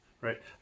right